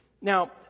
Now